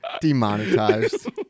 demonetized